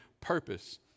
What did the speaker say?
purpose